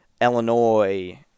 Illinois